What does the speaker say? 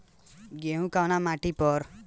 गेहूं कवना मिट्टी पर उगावल जाला?